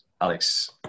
Alex